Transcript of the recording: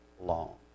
long